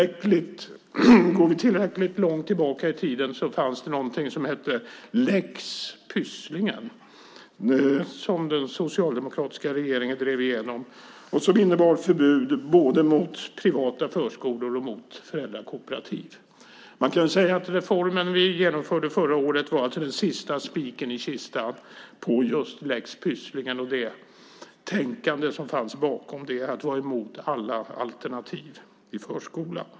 Om vi går tillräckligt långt tillbaka i tiden fanns det någonting som hette lex Pysslingen, som den socialdemokratiska regeringen drev igenom. Den innebar förbud mot både privata förskolor och föräldrakooperativ. Man kan säga att reformen som vi genomförde förra året var den sista spiken i kistan på just lex Pysslingen och det tänkande som fanns bakom den - att vara emot alla alternativ i förskolan.